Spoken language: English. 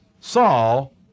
Saul